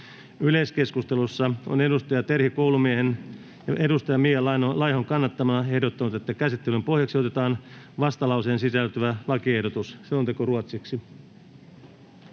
Yleiskeskustelussa on Terhi Koulumies Mia Laihon kannattamana ehdottanut, että käsittelyn pohjaksi otetaan vastalauseeseen sisältyvä lakiehdotus. [Speech 2] Speaker: